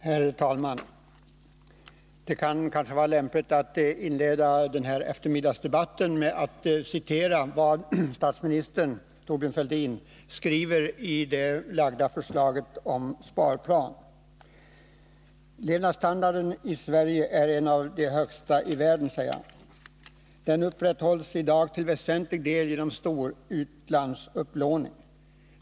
Herr talman! Det kan kanske vara lägligt att inleda denna kvällsdebatt med att citera vad statsminister Thorbjörn Fälldin inledningsvis skriver i det framlagda förslaget om sparplan: ”Levnadsstandarden i Sverige är en av de högsta i världen men den upprätthålls i dag till väsentlig del genom stor utlandsupplåning.